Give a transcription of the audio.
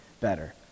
better